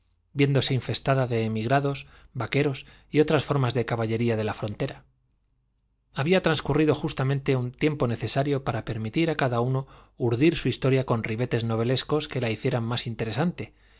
viéndose infestada de emigrados vaqueros y otras formas de caballería de la frontera había transcurrido justamente el tiempo necesario para permitir a cada uno urdir su historia con ribetes novelescos que la hicieran más interesante